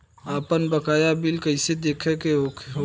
आपन बकाया बिल कइसे देखे के हौ?